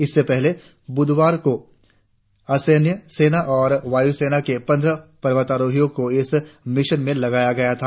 इससे पहले बुधवार को असैन्य सेना और वायुसेना के पंद्रह पर्वतारोहियों को इस मिशन में लगाया गया था